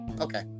okay